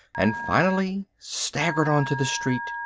and finally staggered on to the street,